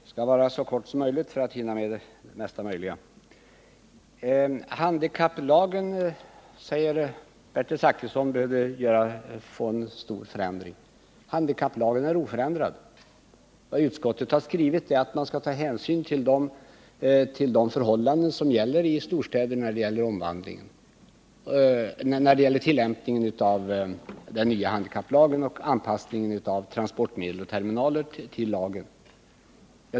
Herr talman! Jag skall fatta mig så kort som möjligt för att hinna med mesta möjliga. Handikapplagen behöver förändras mycket, säger Bertil Zachrisson. Handikapplagen är oförändrad. Vad utskottet har skrivit är att man skall ta hänsyn till de förhållanden som gäller i storstäder vid tillämpningen av den nya handikapplagen och anpassningen av transportmedel och terminaler till lagen.